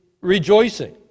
rejoicing